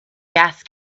gas